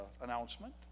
announcement